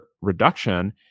reduction